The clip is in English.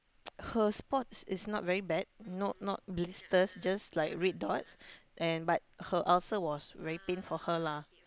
her spots is not very bad no not not blisters just like red dots and but her ulcer was very pain for her lah